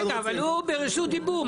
הוא ברשות דיבור.